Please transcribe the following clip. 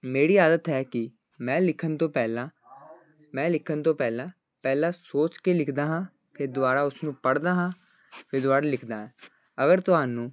ਮੇਰੀ ਆਦਤ ਹੈ ਕਿ ਮੈਂ ਲਿਖਣ ਤੋਂ ਪਹਿਲਾਂ ਮੈਂ ਲਿਖਣ ਤੋਂ ਪਹਿਲਾਂ ਪਹਿਲਾ ਸੋਚ ਕੇ ਲਿਖਦਾ ਹਾਂ ਫਿਰ ਦੁਬਾਰਾ ਉਸਨੂੰ ਪੜ੍ਹਦਾ ਹਾਂ ਫਿਰ ਦੁਬਾਰਾਂ ਲਿਖਦਾ ਹਾਂ ਅਗਰ ਤੁਹਾਨੂੰ